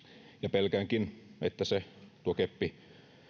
pelkäänkin että se tuo keppi